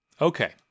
Okay